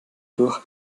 durch